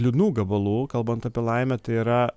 liūdnų gabalų kalbant apie laimę tai yra